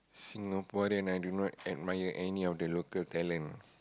Singapore then I do not admire any of the local talent